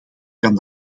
kan